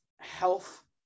health